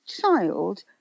child